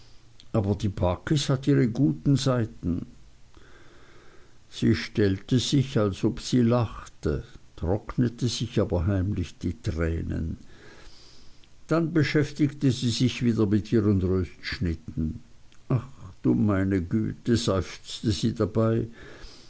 aber die barkis hat ihre guten seiten sie stellte sich als ob sie lachte trocknete sich aber heimlich die tränen dann beschäftigte sie sich wieder mit ihren röstschnitten ach du meine güte seufzte sie dabei